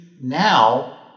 now